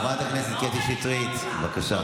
חברת הכנסת קטי שטרית, בבקשה.